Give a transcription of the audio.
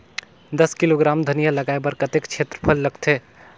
दस किलोग्राम धनिया लगाय बर कतेक क्षेत्रफल लगथे?